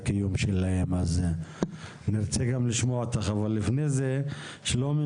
לפני שנשמע אותך, שלומי